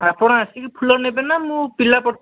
ଆପଣ ଆସିକି ଫୁଲ ନେବେ ନା ମୁଁ ପିଲା ପଠେଇ